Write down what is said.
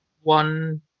one